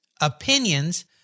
opinions